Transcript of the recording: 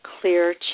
clear